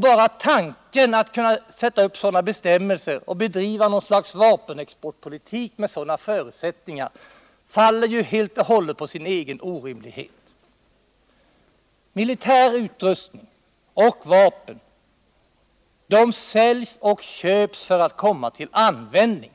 Bara tanken att införa sådana bestämmelser och att bedriva något slags vapenexportpolitik under sådana förutsättningar faller ju helt och hållet på sin egen orimlighet. Vapen och annan militär utrustning säljs och köps för att komma till användning.